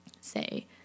say